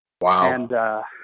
Wow